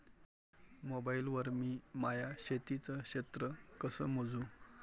Mobile वर मी माया शेतीचं क्षेत्र कस मोजू?